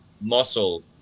muscle